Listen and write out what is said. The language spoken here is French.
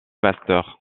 pasteur